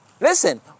listen